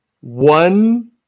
one